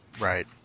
Right